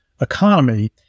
economy